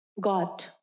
God